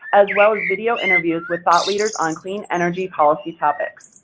as well as video interviews with thought leaders on clean energy policy topics.